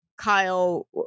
Kyle